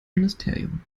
ministerium